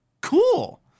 cool